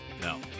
No